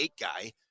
guy